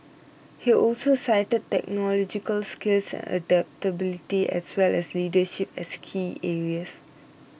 he also cited technological skills and adaptability as well as leadership as key areas